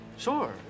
Sure